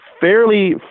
fairly